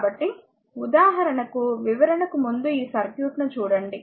కాబట్టి ఉదాహరణకు వివరణకు ముందు ఈ సర్క్యూట్ను చూడండి